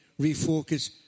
refocus